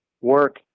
work